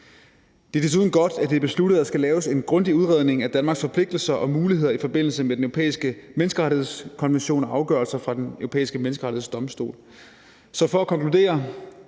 Det er desuden godt, at det er besluttet, at der skal laves en grundig udredning af Danmarks forpligtelser og muligheder i forbindelse med den europæiske menneskerettighedskonvention og afgørelser fra Den Europæiske Menneskerettighedsdomstol. Så for at konkludere